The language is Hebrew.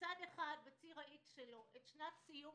בצד אחד, בשנת ה-X שלו, את שנת סיום